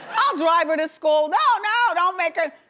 i'll drive her to school! no, no, don't make ah